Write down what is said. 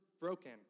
broken